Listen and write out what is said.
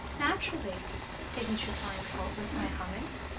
naturally didn't you find fault with my humming?